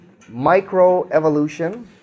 microevolution